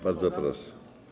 Bardzo proszę.